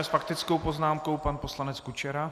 S faktickou poznámkou pan poslanec Kučera.